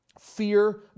Fear